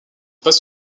passe